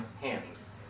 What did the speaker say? hands